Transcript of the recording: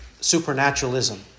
supernaturalism